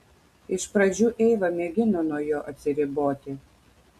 iš pradžių eiva mėgino nuo jo atsiriboti